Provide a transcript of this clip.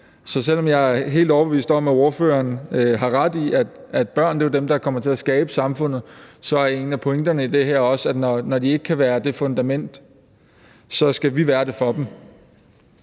Så selv om jeg er helt overbevist om, at ordføreren har ret i, at børn er dem, der kommer til at skabe samfundet, så er en af pointerne i det her også, at når de ikke kan være det fundament, skal vi være det for dem.